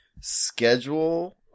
schedule